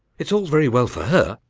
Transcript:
it's all very well for her,